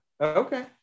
Okay